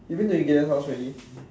you been to Gideon house already